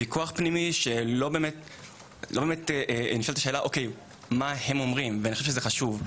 ויכוח פנימי שנשאלת השאלה מה הם אומרים ואני חושב שזה חשוב,